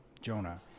Jonah